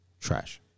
Trash